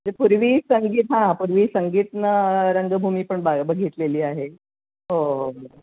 म्हणजे पूर्वी संगीत हां पूर्वी संगीत रंगभूमी पण बा बघितलेली आहे